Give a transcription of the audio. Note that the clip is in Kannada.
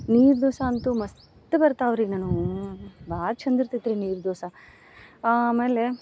ನೀರು ದೋಸೆ ಅಂತು ಮಸ್ತ್ ಬರ್ತಾವ ರೀ ನನಗೆ ಭಾಳ ಚಂದ ಇರ್ತೈತ್ರಿ ನೀರು ದೋಸೆ ಆಮೇಲೆ